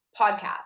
podcast